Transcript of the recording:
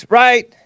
right